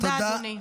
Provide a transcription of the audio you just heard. תודה, אדוני.